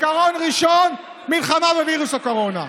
עיקרון ראשון, מלחמה בווירוס הקורונה,